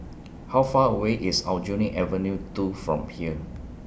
How Far away IS Aljunied Avenue two from here